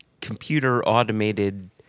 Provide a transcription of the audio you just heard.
computer-automated